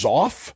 off